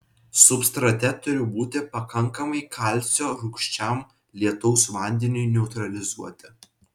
substrate turi būti pakankamai kalcio rūgščiam lietaus vandeniui neutralizuoti